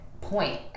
point